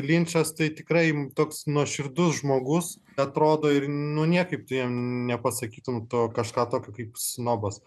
linčas tai tikrai toks nuoširdus žmogus atrodo ir nu niekaip tu jam nepasakytum to kažką tokio kaip snobas